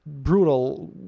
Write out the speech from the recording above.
brutal